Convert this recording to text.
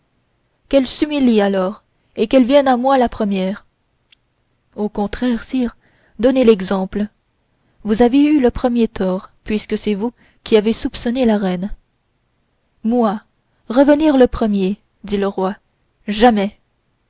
qu'elle s'humilie alors et qu'elle revienne à moi la première au contraire sire donnez l'exemple vous avez eu le premier tort puisque c'est vous qui avez soupçonné la reine moi revenir le premier dit le roi jamais